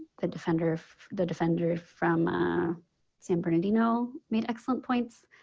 the defender of the defender from san bernardino made excellent points.